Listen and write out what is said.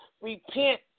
repent